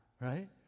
Right